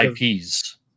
IPs